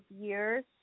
years